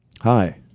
hi